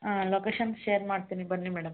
ಹಾಂ location share ಮಾಡ್ತೀನಿ ಬನ್ನಿ ಮೇಡಮ್